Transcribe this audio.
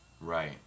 Right